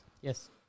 Yes